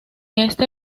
este